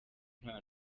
nta